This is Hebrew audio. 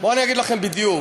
בואו ואגיד לכם בדיוק,